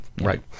Right